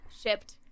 shipped